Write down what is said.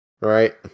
right